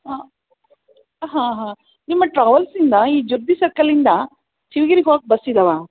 ಆಂ ಹಾಂ ಹಾಂ ನಿಮ್ಮ ಟ್ರಾವೆಲ್ಸಿಂದ ಈ ಜುಬ್ಲಿ ಸರ್ಕಲ್ಲಿಂದ ಶಿವ್ಗಿರಿಗೆ ಹೋಗಕ್ಕೆ ಬಸ್ ಇದ್ದಾವಾ